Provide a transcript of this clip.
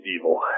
evil